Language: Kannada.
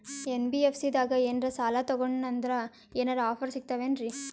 ಎನ್.ಬಿ.ಎಫ್.ಸಿ ದಾಗ ಏನ್ರ ಸಾಲ ತೊಗೊಂಡ್ನಂದರ ಏನರ ಆಫರ್ ಸಿಗ್ತಾವೇನ್ರಿ?